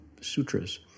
sutras